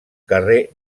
carrer